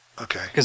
Okay